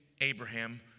Abraham